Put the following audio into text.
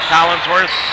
Collinsworth